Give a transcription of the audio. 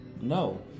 No